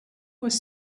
was